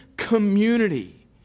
community